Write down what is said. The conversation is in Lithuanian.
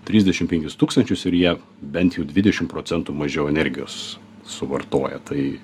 trisdešim penkis tūkstančius ir jie bent jau dvidešim procentų mažiau energijos suvartoja tai